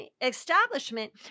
establishment